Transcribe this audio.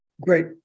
great